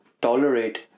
tolerate